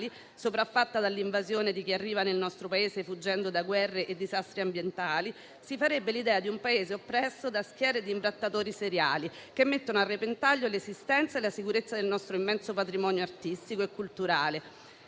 sopraffatta dall'invasione di chi arriva nel nostro Paese fuggendo da guerre e disastri ambientali; si farebbe l'idea di un Paese oppresso da una schiera di imbrattatori seriali che mettono a repentaglio l'esistenza e la sicurezza del nostro immenso patrimonio artistico e culturale